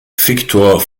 victor